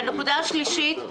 הנקודה השלישית: